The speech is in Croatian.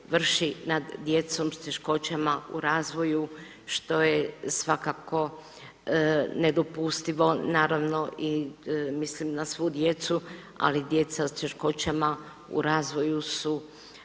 nad djecom sa teškoćama u razvoju što je svakako nedopustivo. Naravno i mislim i na svu djecu, ali djeca s teškoćama u razvoju su